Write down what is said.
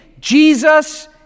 Jesus